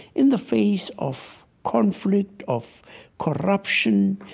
in the face of conflict, of corruption,